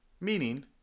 meaning